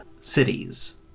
cities